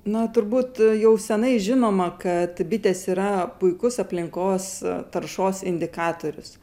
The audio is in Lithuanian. na turbūt jau senai žinoma kad bitės yra puikus aplinkos taršos indikatorius